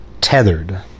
tethered